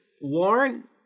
warn